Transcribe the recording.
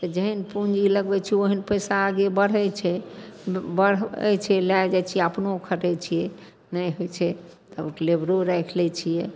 तऽ जेहन पूँजी लगबै छिए ओहन पइसा आगे बढ़ै छै बढ़ै छै लै जाइ छिए अपनहु खटै छिए नहि होइ छै तब लेबरो राखि लै छिए